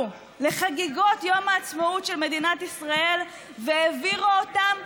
לחגיגות יום העצמאות של מדינת ישראל והעבירה אותם,